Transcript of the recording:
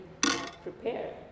prepared